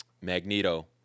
Magneto